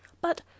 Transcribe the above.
But